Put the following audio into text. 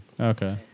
okay